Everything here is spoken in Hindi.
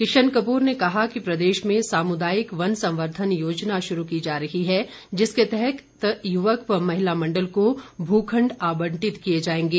किशन कपूर ने कहा कि प्रदेश में सामुदायिक वन संवर्धन योजना शुरू की जा रही है जिसके तहत युवक व महिला मंडल को भू खण्ड आबंटित किए जाएंगे